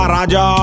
Raja